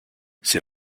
c’est